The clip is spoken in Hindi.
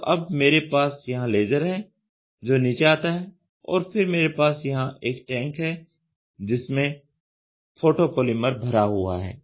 तो अब मेरे पास यहां लेज़र है जो नीचे आता है और फिर मेरे पास यहां एक टैंक है जिसमें फोटोपॉलीमर भरा हुआ है